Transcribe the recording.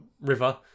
river